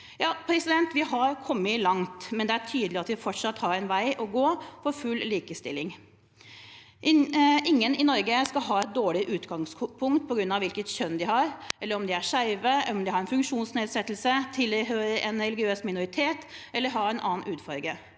og identitet. Vi har kommet langt, men det er tydelig at vi fortsatt har en vei å gå for full likestilling. Ingen i Norge skal ha et dårlig utgangspunkt på grunn av hvilket kjønn de har, eller om de er skeive, om de har en funksjonsnedsettelse, tilhører en religiøs minoritet eller har en annen hudfarge.